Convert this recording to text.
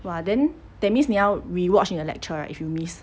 !wah! then that means 你要 rewatch 你的 lecture right if you miss